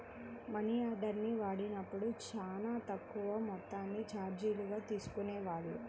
మనియార్డర్ని వాడినప్పుడు చానా తక్కువ మొత్తాన్ని చార్జీలుగా తీసుకునేవాళ్ళు